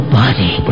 body